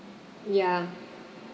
ya